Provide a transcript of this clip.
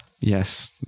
Yes